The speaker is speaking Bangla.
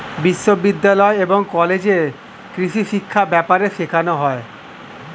বিশ্ববিদ্যালয় এবং কলেজে কৃষিশিক্ষা ব্যাপারে শেখানো হয়